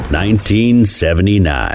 1979